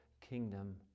kingdom